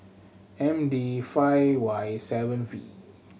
M D five Y seven V